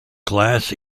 class